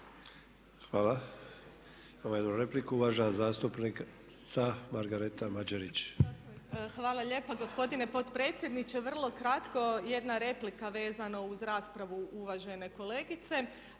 Margareta Mađerić. **Mađerić, Margareta (HDZ)** Hvala lijepa gospodine potpredsjedniče. Vrlo kratko jedna replika vezano uz raspravu uvažene kolegice,